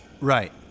Right